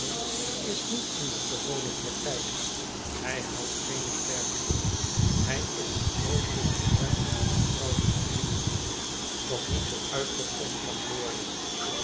is niet in de gewone praktijk hij houdt geene klerken hij is een groot reservoir van toevertrouwde geheimen dat niet zoo uitgepompt mag worden